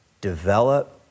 develop